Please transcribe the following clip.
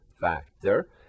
factor